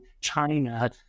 China